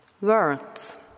words